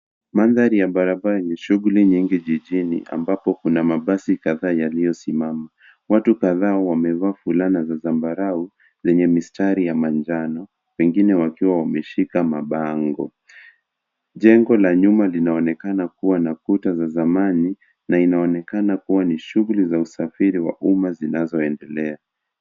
Mandhari ya barabara ni yenye shughuli nyingi ambapo mabasi kadhaa yamesimama. Watu wapo wakiwa wamevaa nguo za rangi ya buluu na zambarau zenye mistari ya manjano. Wengine wameshika mabango. Jengo lililo nyuma linaonekana kuwa na kuta za zamani na linaonyesha kuwa linahusiana na shughuli za usafiri wa umma.